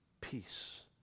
peace